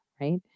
right